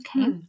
Okay